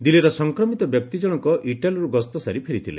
ଦିଲ୍ଲୀର ସଂକ୍ରମିତ ବ୍ୟକ୍ତି ଜଣଙ୍କ ଇଟ୍ଟାଲିରୁ ଗସ୍ତ ସାରି ଫେରିଥିଲେ